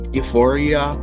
euphoria